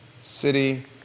City